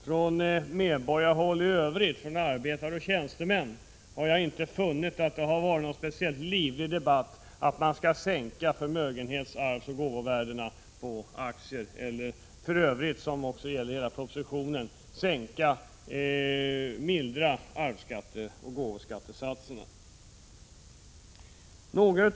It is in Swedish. Från medborgarhåll i övrigt — från arbetare och tjänstemän — har det inte hörts någon livlig debatt om att man bör sänka förmögenhets-, arvsoch gåvovärdena på aktier eller om att man i övrigt bör mildra arvsskatteoch gåvoskattesatserna, — som propositionen föreslår.